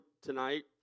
tonight